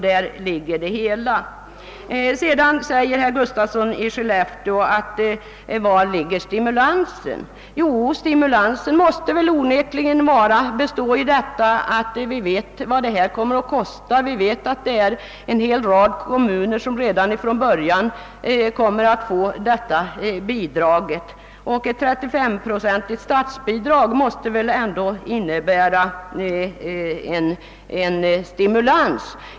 Där ligger den väsentliga skillnaden. Herr Gustafsson i Skellefteå frågar vari stimulansen ligger. Den måste bestå i att vi vet vad det hela kommer att kosta. Vi känner till att'en hel rad kommuner redan från början får detta bidrag, och ett 35-procentigt statsbidrag måste ändå innebära en stimulans.